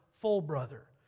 full-brother